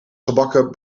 gebakken